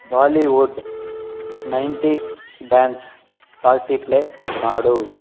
Bollywood nineties dance party play ಮಾಡು